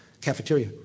cafeteria